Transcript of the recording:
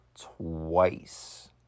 twice